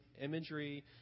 imagery